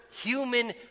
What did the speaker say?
human